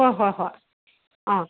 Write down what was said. ꯍꯣꯏ ꯍꯣꯏ ꯍꯣꯏ ꯑꯥ